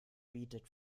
bietet